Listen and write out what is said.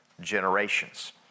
generations